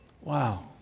Wow